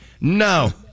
No